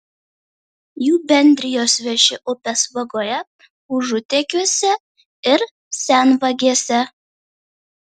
jų bendrijos veši upės vagoje užutekiuose ir senvagėse